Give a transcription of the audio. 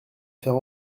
faire